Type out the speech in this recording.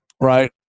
Right